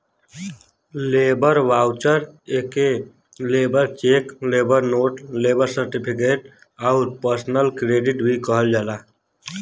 labour voucher एके labour cheque, labour note, labour certificate आउर personal credit भी कहल जाला